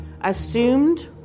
assumed